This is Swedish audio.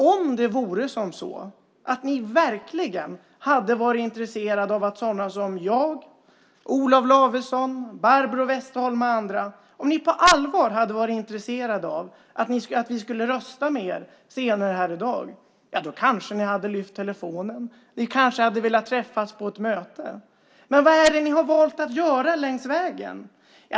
Om det vore som så att ni verkligen hade varit intresserade av att sådana som jag, Olof Lavesson, Barbro Westerholm och andra skulle rösta med er senare här i dag kanske ni hade lyft telefonen. Ni kanske hade velat träffa oss på ett möte. Men vad är det ni har valt att göra längs vägen?